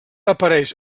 apareix